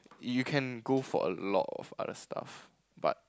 you can go for a lot of other stuff but